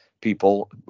people